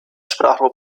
sprachrohr